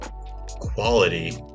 quality